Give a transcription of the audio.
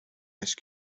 ice